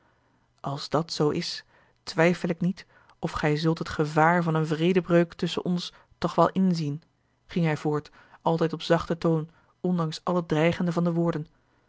als dat zoo is twijfel ik niet of gij zult het gevaar van een a l g bosboom-toussaint de delftsche wonderdokter eel vredebreuk tusschen ons toch wel inzien ging hij voort altijd op zachten toon ondanks al het dreigende van de woorden